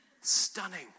Stunning